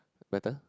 better